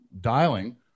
dialing